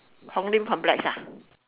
how many complex ah